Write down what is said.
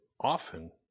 often